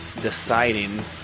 deciding